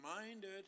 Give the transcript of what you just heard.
reminded